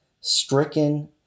stricken